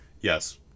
Yes